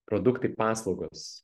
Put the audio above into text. produktai paslaugos